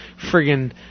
friggin